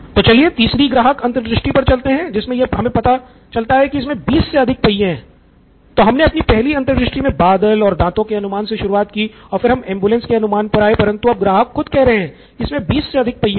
तो चलिए तीसरी ग्राहक अंतर्दृष्टि पर चलते हैं जिसमे हमे यह पता चलता है की इसमें बीस से अधिक पहिए हैं तो हमने अपनी पहली अंतर्दृष्टि में बादल और दाँतों के अनुमान से शुरुआत की और फिर हम एम्बुलेंस के अनुमान पर आए परंतु अब ग्राहक खुद कह रहे हैं कि इसमें बीस से अधिक पहिए हैं